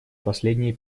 последние